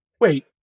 wait